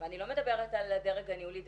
ואני לא מדברת על הדרג הניהולי,